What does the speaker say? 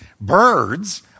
birds